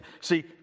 see